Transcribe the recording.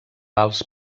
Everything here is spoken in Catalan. alts